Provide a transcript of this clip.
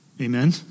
Amen